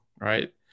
right